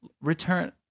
return